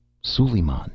Suleiman